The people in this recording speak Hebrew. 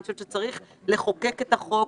אני חושבת שצריך לחוקק את החוק.